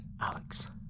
Alex